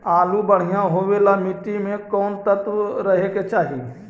आलु बढ़िया होबे ल मट्टी में कोन तत्त्व रहे के चाही?